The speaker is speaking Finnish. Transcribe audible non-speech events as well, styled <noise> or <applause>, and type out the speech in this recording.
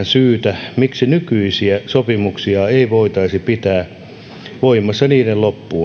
<unintelligible> syytä miksi nykyisiä sopimuksia ei voitaisi pitää voimassa niiden loppuun saakka